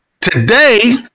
Today